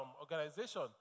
organization